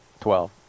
Twelve